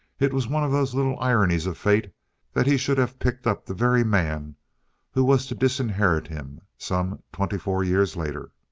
it was one of those little ironies of fate that he should have picked up the very man who was to disinherit him some twenty four years later.